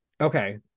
okay